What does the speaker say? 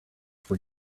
for